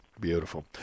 Beautiful